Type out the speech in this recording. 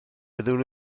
wyddwn